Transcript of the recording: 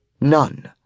None